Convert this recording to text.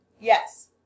Yes